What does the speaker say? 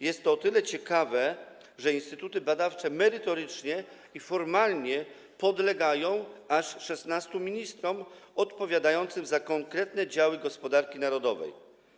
Jest to o tyle ciekawe, że instytuty badawcze merytorycznie i formalnie podlegają aż 16 ministrom odpowiadającym za konkretne działy gospodarki narodowej.